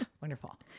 Wonderful